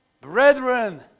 Brethren